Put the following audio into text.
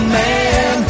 man